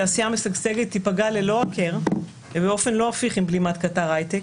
תעשייה משגשגת תיפגע ללא הכר ובאופן לא הפיך עם בלימת קטר ההייטק,